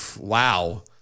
Wow